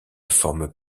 forment